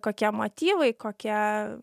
kokie motyvai kokie